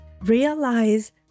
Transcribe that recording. Realize